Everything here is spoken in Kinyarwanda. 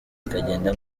ikagenda